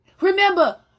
Remember